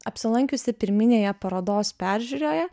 apsilankiusi pirminėje parodos peržiūroje